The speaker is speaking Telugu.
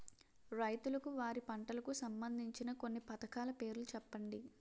రైతులకు వారి పంటలకు సంబందించిన కొన్ని పథకాల పేర్లు చెప్పండి?